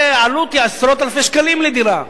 העלות היא עשרות אלפי שקלים לדירה.